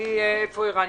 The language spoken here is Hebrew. אני פונה לערן